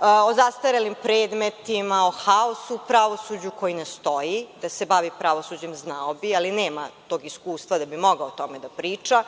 o zastarelim predmetima, o haosu u pravosuđu, koji ne stoji, jer da se bavi pravosuđem znao bi, ali nema tog iskustva da bi mogao o tome da priča.